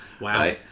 Wow